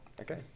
Okay